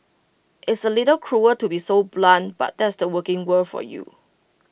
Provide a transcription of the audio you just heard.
it's A little cruel to be so blunt but that's the working world for you